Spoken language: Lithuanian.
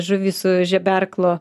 žuvį su žeberklu